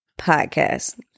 Podcast